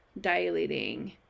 dilating